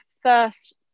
first